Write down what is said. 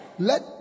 Let